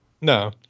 No